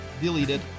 Deleted